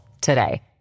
today